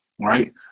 right